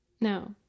No